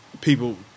People